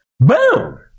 Boom